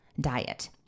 diet